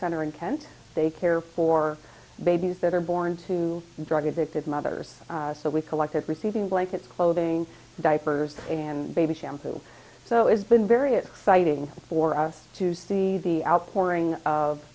center in kent they care for babies that are born to drug addicted mothers so we collected receiving blankets clothing diapers and baby shampoo so it's been very exciting for us to see the outpouring of